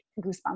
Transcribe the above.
goosebumps